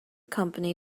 company